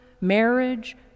marriage